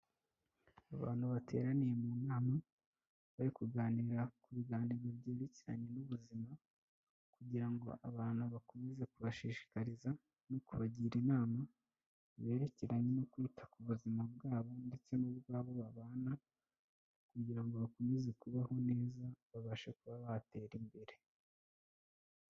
Abantu bateraniye mu nama bari kuganira ku biganiro byerekeranye n'ubuzima kugira ngo abantu bakomeze kubashishikariza no kubagira inama berekeranye no kwita ku buzima bwabo ndetse n'ubw'abo babana kugira ngo bakomeze kubaho neza babashe kuba batera imbere.